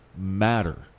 matter